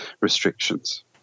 restrictions